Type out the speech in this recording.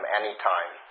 anytime